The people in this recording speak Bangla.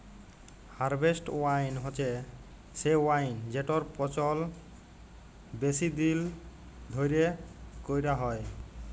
হারভেস্ট ওয়াইন হছে সে ওয়াইন যেটর পচল বেশি দিল ধ্যইরে ক্যইরা হ্যয়